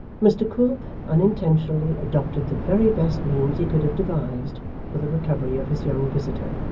mr quilp unintentionally adopted the very best means he could have devised for the recovery of his young visitor,